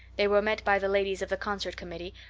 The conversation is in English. they were met by the ladies of the concert committee,